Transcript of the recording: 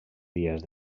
dies